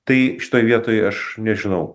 tai šitoj vietoj aš nežinau